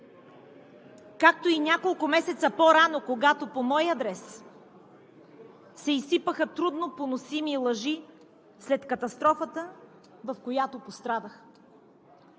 както и няколко месеца по-рано, когато по мой адрес се изсипаха трудно поносими лъжи след катастрофата, в която пострадах.